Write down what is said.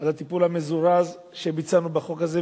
על הטיפול המזורז שביצענו בחוק הזה.